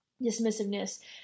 dismissiveness